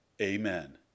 Amen